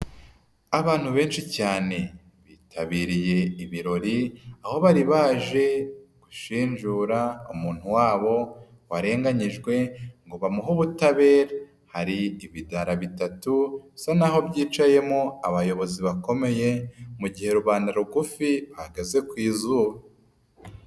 Abantu benshi cyane, bitabiriye ibirori aho bari baje gushinjura umuntu wabo warenganyijwe ngo bamuhe ubutabera, hari ibidara bitatu bisa naho byicayemo abayobozi bakomeye, mu gihe rubanda rugufi bahagaze ku izuba.